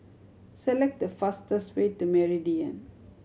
select the fastest way to Meridian